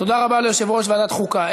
תודה רבה ליושב-ראש ועדת החוקה.